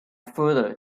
further